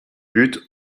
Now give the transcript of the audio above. but